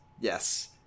Yes